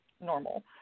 normal